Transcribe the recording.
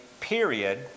period